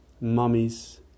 mummies